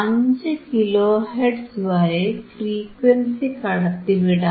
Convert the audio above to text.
5 kilo hertz വരെ frequency കടത്തിവിടാം